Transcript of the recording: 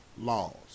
laws